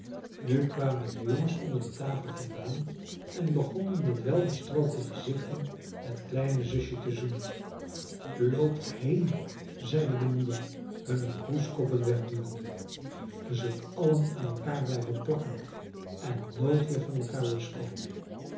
nu kwamen de jongens onder de tafel vandaan en begonnen met welbestroopte gezichten het kleine zusje te zoenen loopt heen zeide de moeder hunne kroeskoppen wegduwende ge zult allen aan elkander blijven plakken en nooit weer van elkaar loskomen